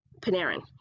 Panarin